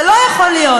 זה לא יכול להיות.